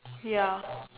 ya